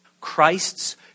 Christ's